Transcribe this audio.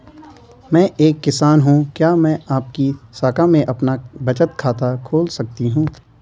मैं एक किसान हूँ क्या मैं आपकी शाखा में अपना बचत खाता खोल सकती हूँ?